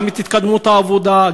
גם את התקדמות העבודה,